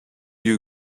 you